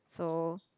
so